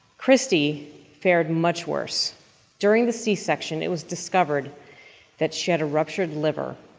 christy fared much worse during the c-section it was discovered that she had a ruptured liver,